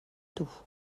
dos